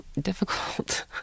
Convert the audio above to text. difficult